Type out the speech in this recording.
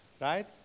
Right